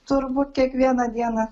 turbūt kiekvieną dieną